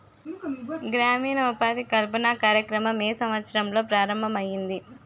గ్రామీణ ఉపాధి కల్పన కార్యక్రమం ఏ సంవత్సరంలో ప్రారంభం ఐయ్యింది?